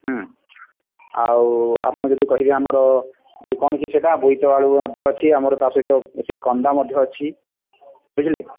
ହୁଁ ଆଉ ଆପଣ ଯଦି କହିବେ ଆମର ଯେ କଣ କି ସେଇଟା ବୋଇତାଳୁ ବି ଅଛି ଆମର ତା ସହିତ ସେଇ କନ୍ଦା ମଧ୍ୟ ଅଛି ବୁଝିଲେ